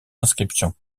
inscriptions